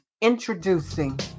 introducing